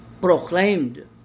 proclaimed